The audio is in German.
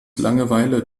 langeweile